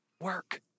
work